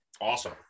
awesome